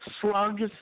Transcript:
slugs